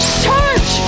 search